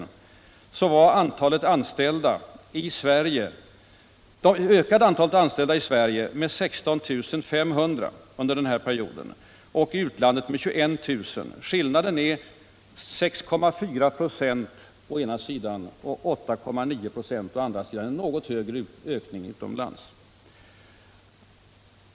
1973-1974 ökade antalet anställda med 16 500 i Sverige och i utlandet med 21 000, en ökning med 6,4 26 å ena sidan och 8,9 26 å den andra, alltså en något högre ökning utomlands.